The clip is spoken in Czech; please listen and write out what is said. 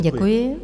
Děkuji.